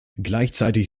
gleichzeitig